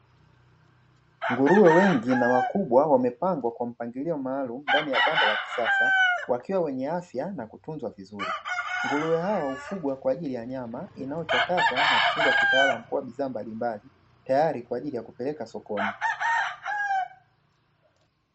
Nguruwe wengi na wakubwa wamepangwa kwa mpangilio maalumu ndani ya banda la kisasa wakiwa wenye afya na kutunzwa vizuri, nguruwe hawa hufugwa kwa ajili ya nyama inayochakatwa na kufungwa kitaalamu kua bidhaa mbali mbali tayari kwa ajili ya kupeleka sokoni.